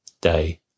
day